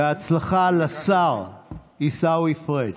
בהצלחה לשר עיסאווי פריג'.